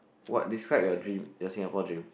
what describe your dream your Singapore dream